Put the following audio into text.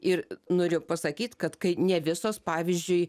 ir noriu pasakyti kad kai ne visos pavyzdžiui